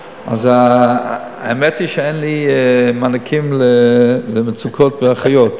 האמת היא שאין לי מענקים למצוקות באחיות,